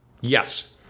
Yes